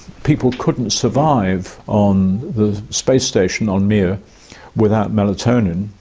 people couldn't survive on the space station on mir without melatonin.